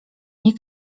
nie